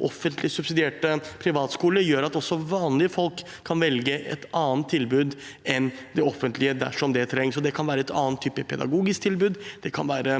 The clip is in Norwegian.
offentlig subsidierte privatskoler, gjør at også vanlige folk kan velge et annet tilbud enn det offentlige dersom det trengs. Det kan være en annen type pedagogisk tilbud, det kan være